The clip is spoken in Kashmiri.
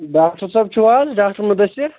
ڈاکٹر صٲب چھِو حظ ڈاکٹر مُدثر